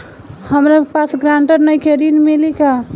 हमरा पास ग्रांटर नईखे ऋण मिली का?